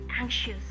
anxious